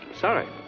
Sorry